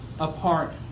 apart